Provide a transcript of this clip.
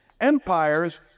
Empires